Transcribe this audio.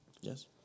Yes